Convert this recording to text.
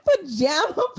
pajama